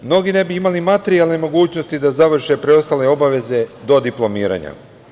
Mnogi ne bi imali materijalne mogućnosti da završe preostale obaveze do diplomiranja.